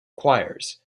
choirs